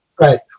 right